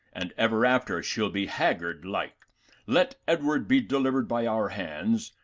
and ever after she'll be haggard like let edward be delivered by our hands,